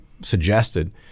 suggested